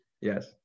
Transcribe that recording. Yes